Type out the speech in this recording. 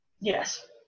Yes